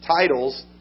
titles